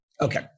Okay